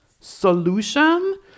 solution